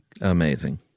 Amazing